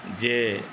जे